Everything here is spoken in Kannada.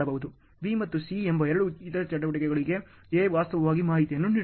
B ಮತ್ತು C ಎಂಬ ಎರಡು ಇತರ ಚಟುವಟಿಕೆಗಳಿಗೆ A ವಾಸ್ತವವಾಗಿ ಮಾಹಿತಿಯನ್ನು ನೀಡುತ್ತಿದೆ